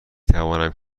توانم